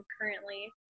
currently